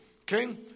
Okay